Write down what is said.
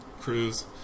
cruise